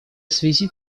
связи